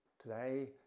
Today